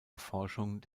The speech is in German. erforschung